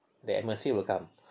the atmosphere will come